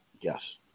Yes